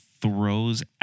throws